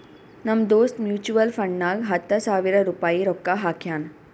ನಮ್ ದೋಸ್ತ್ ಮ್ಯುಚುವಲ್ ಫಂಡ್ನಾಗ್ ಹತ್ತ ಸಾವಿರ ರುಪಾಯಿ ರೊಕ್ಕಾ ಹಾಕ್ಯಾನ್